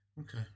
Okay